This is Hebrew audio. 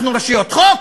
אנחנו רשויות החוק?